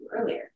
earlier